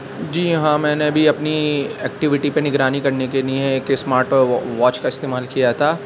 جی ہاں میں نے بھی اپنی ایکٹویٹی پہ نگرانی کرنے کے نیے ایک اسمارٹ واچ کا استعمال کیا تھا